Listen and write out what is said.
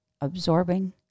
absorbing